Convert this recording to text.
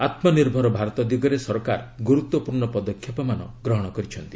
ଆତ୍କନିର୍ଭର ଭାରତ ଦିଗରେ ସରକାର ଗୁରୁତ୍ୱପୂର୍ଣ୍ଣ ପଦକ୍ଷେପମାନ ଗ୍ରହଣ କରିଛନ୍ତି